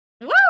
Woo